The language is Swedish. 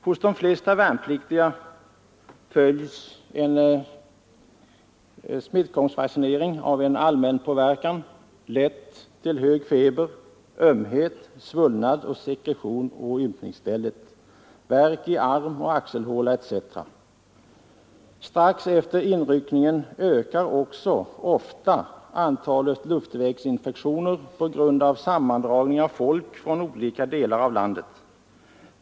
Hos de flesta värnpliktiga följs en smittkoppsvaccinering av en allmänpåverkan, lätt till hög feber, ömhet, svullnad och sekretion å ympningsstället, värk i arm och axelhåla, etc. Strax efter inryckningen ökar också ofta antalet luftvägsinfektioner på grund av sammandragningen av folk från olika delar av landet.